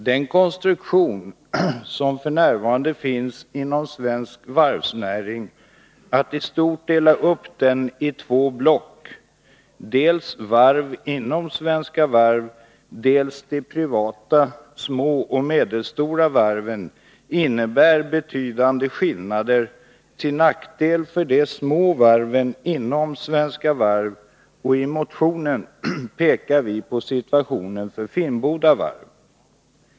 Den konstruktion som f.n. finns inom svensk varvsnäring, där man i stort delar upp den i två block — dels varv inom Svenska Varv, dels de privata små och medelstora varven — innebär betydande skillnader till nackdel för de små varven inom Svenska Varv. I motionen pekar vi på situationen för Finnboda Varf.